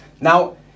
Now